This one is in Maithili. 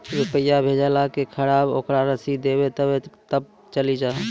रुपिया भेजाला के खराब ओकरा रसीद देबे तबे कब ते चली जा?